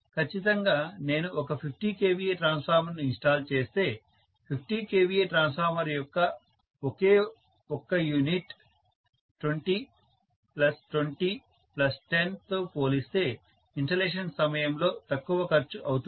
ఖచ్చితంగా నేను ఒక 50 kVA ట్రాన్స్ఫార్మర్ను ఇన్స్టాల్ చేస్తే 50 kVA ట్రాన్స్ఫార్మర్ యొక్క ఒకే ఒక్క యూనిట్ 20 20 10 తో పోలిస్తే ఇన్స్టలేషన్ సమయంలో తక్కువ ఖర్చు అవుతుంది